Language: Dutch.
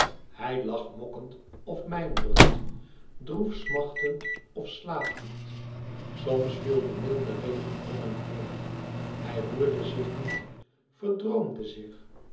hij lag mokkend of mijmerend droef smachtend of slapend soms viel de milde regen over hem heen hij roerde zich niet verdroomde zich